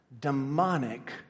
demonic